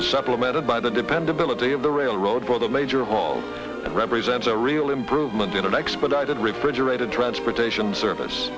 is supplemented by the dependability of the railroad for the major of all represents a real improvement in an expedited refrigerated transportation service